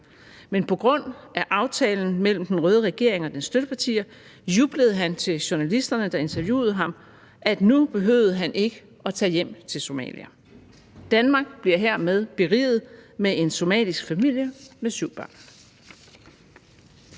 men på grund af aftalen mellem den røde regering og dens støttepartier jublede han til journalisterne, der interviewede ham, for nu behøvede han ikke at tage hjem til Somalia. Danmark bliver her været beriget med en somalisk familie med syv børn.